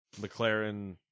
McLaren